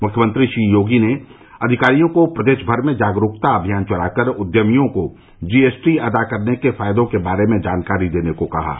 मुख्यमंत्री श्री योगी ने अधिकारियों को प्रदेश भर में जागरूकता अभियान चलाकर उद्यमियों को जी एस टी अदा करने के फायदों के बारे में जानकारी देने को कहा है